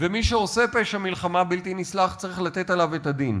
ומי שעושה פשע מלחמה בלתי נסלח צריך לתת עליו את הדין.